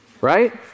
right